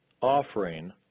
offering